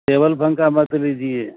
ٹیول پنھکا مت لیجیے